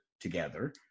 together